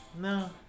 No